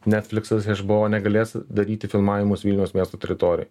netflikstas hbo negalės daryti filmavimus vilniaus miesto teritorijoj